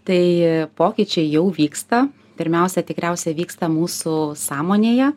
tai pokyčiai jau vyksta pirmiausia tikriausia vyksta mūsų sąmonėje